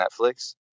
Netflix